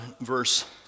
verse